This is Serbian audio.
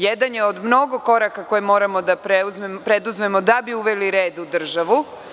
Jedan je od mnogo koraka koje moramo da preduzmemo da bi uveli red u državu.